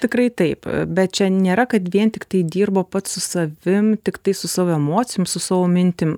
tikrai taip bet čia nėra kad vien tiktai dirba pats su savim tiktai su savo emocijom su savo mintim